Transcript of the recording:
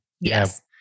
Yes